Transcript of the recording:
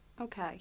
Okay